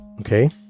Okay